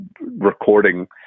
recording